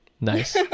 Nice